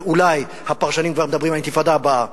ואולי הפרשנים כבר מדברים על האינתיפאדה הבאה,